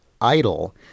idle